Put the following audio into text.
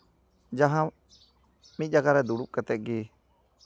ᱡᱟᱦᱟᱸ ᱢᱤᱫ ᱡᱟᱭᱜᱟᱨᱮ ᱫᱩᱲᱩᱵ ᱠᱟᱛᱮᱫ ᱜᱮ